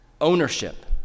ownership